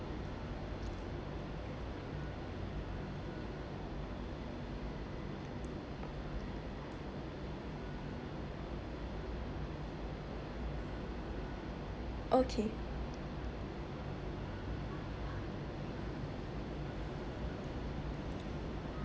okay